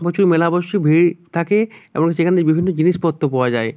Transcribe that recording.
প্রচুর মেলা বসে ভিড় থাকে এবং সেখানে বিভিন্ন জিনিসপত্র পাওয়া যায়